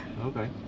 Okay